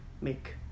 make